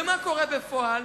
ומה קורה בפועל?